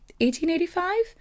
1885